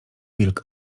wilk